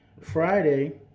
friday